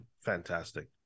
fantastic